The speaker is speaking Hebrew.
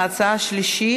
ההצעה השלישית,